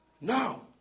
Now